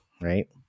Right